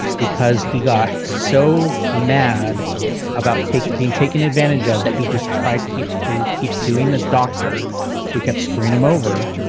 because he got so mad about being taken advantage of that he just tried keep to keep suing this doctor who kept screwing him over.